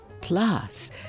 Plus